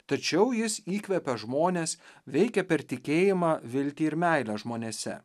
tačiau jis įkvepia žmones veikia per tikėjimą viltį ir meilę žmonėse